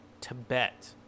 tibet